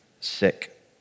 sick